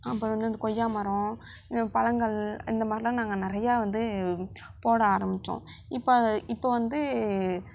அப்புறம் வந்து அந்த கொய்யா மரம் இந்த பழங்கள் இந்த மாரிலாம் நாங்கள் நிறையா வந்து போட ஆரம்பித்தோம் இப்போ இப்போ வந்து